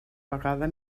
vegada